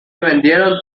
vendieron